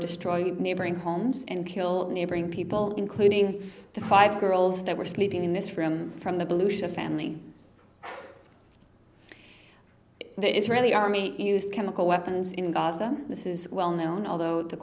destroyed neighboring homes and killed neighboring people including the five girls that were sleeping in this room from the pollution of family the israeli army used chemical weapons in gaza this is well known although the